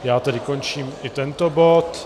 Já tedy končím i tento bod.